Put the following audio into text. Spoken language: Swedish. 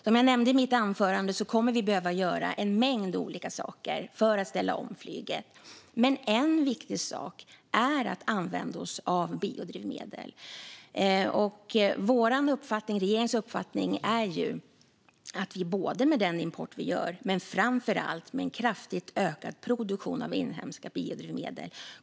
Som jag nämnde i mitt anförande kommer vi att behöva göra en mängd olika saker för att ställa om flyget, men en viktig sak är att använda biodrivmedel. Vår och regeringens uppfattning är att vi kommer att klara av detta med den import vi gör och framför allt med en kraftigt ökad produktion av inhemska biodrivmedel.